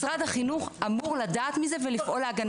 משרד החינוך אמור לדעת מזה ולפעול להגנה על ילדים.